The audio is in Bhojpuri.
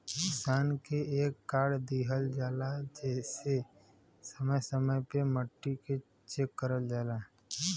किसान के एक कार्ड दिहल जाला जेसे समय समय पे मट्टी के चेक करल जाला